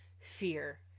fear